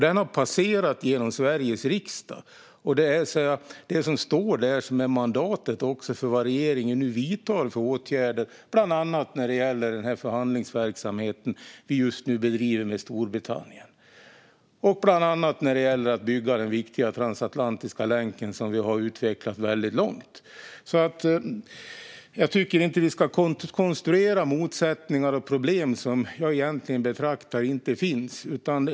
Den har passerat genom Sveriges riksdag, och det som står där är mandatet för de åtgärder som regeringen nu vidtar, bland annat när det gäller den förhandlingsverksamhet som vi just nu bedriver med Storbritannien och bland annat när det gäller att bygga den viktiga transatlantiska länken, som vi har utvecklat väldigt långt. Jag tycker inte att vi ska konstruera motsättningar och problem som jag egentligen betraktar som obefintliga.